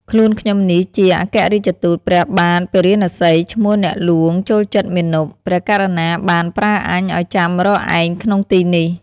ខ្លួនខ្ញុំនេះជាអគ្គរាជទូតព្រះបាទពារាណសី ឈ្មោះអ្នកហ្លួងចូលចិត្តមាណព។ ព្រះករុណាបានប្រើអញឲ្យចាំរកឯងក្នុងទីនេះ។